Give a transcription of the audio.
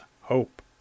hope